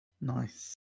Nice